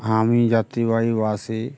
আমি যাত্রীবাহী বাসে